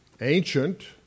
ancient